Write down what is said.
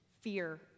fear